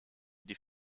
die